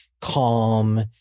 calm